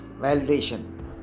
validation